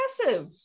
impressive